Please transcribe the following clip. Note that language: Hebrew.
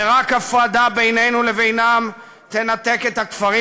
ורק הפרדה בינינו לבינם תנתק את הכפרים